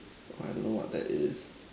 I don't know what that is